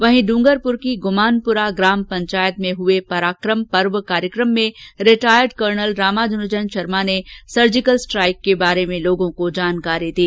वहीं डूंगरपुर की गुमानपुरा ग्राम पंचायत में हुये पराक्रम पर्व कार्यक्रम में रिटायर्ड कर्नल रामानुजन शर्मा ने सर्जिकल स्ट्राइक के बारे में लोगों को जानकारी दी